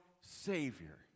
Savior